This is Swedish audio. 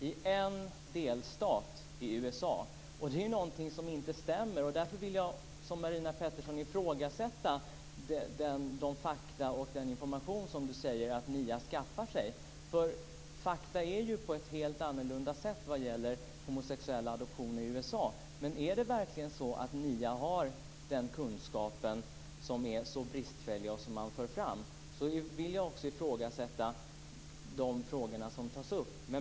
Det stämmer inte, och jag vill därför liksom Marina Pettersson ifrågasätta de fakta som Rigmor Stenmark säger att NIA skaffar sig. De fakta som finns vad gäller homosexuellas adoptioner i USA säger något helt annat. Har NIA en så bristfällig kunskap som den man för fram, tvivlar jag också i frågor som därifrån tas upp.